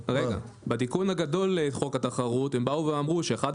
בתיקון הגדול לחוק התחרות הם באו ואמרו שאחד